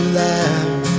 laugh